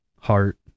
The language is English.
heart